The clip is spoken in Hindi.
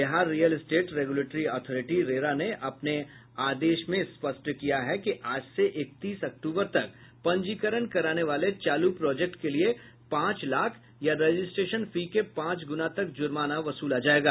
Bihar real estate regulatory authority RERA ने अपने आदेश में स्पष्ट किया है कि आज से इकतीस अक्टूबर तक पंजीकरण कराने वाले चालू प्रोजेक्ट के लिए पांच लाख या रजिस्ट्रेशन फी के पांच गुना तक जुर्माना वसूला जायेगा